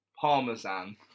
parmesan